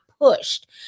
pushed